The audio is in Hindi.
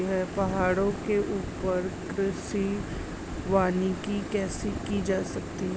पहाड़ों के ऊपर कृषि वानिकी कैसे की जा सकती है